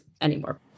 anymore